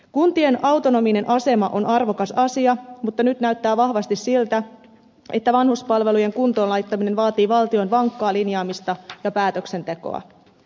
kuntien autonominen asema on arvokas asia mutta nyt näyttää vahvasti siltä että vanhuspalvelujen kuntoon laittaminen vaatii valtion vankkaa linjaamista ja päätöksentekoa